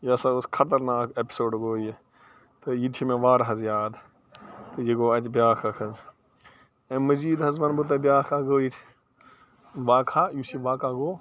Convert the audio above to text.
یہِ ہسا اوس خطرناک ایٚپِسوڈ گوٚو یہِ تہٕ یہِ تہِ چھُ مےٚ وارٕ حظ یاد تہٕ یہِ گوٚو اَتہِ بیٛاکھ اَکھ حظ اَمہِ مٔزیٖد حظ وَنہٕ بہٕ تۄہہِ بیٛاکھ اَکھ گوٚو ییٚتہِ واقعہ ہا یُس یہِ واقعہ گوٚو